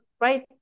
right